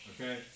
Okay